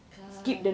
kan